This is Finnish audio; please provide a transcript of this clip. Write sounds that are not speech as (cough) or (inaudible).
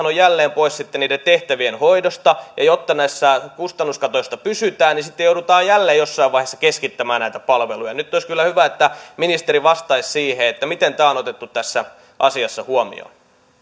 (unintelligible) ovat jälleen pois sitten niiden tehtävien hoidosta ja jotta näissä kustannuskatoissa pysytään niin sitten joudutaan jälleen jossain vaiheessa keskittämään näitä palveluja nyt olisi kyllä hyvä että ministeri vastaisi siihen miten tämä on otettu tässä asiassa huomioon